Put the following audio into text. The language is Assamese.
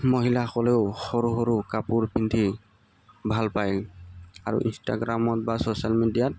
মহিলাসকলেও সৰু সৰু কাপোৰ পিন্ধি ভাল পায় আৰু ইনষ্টাগ্ৰামত বা ছ'চিয়েল মিডিয়াত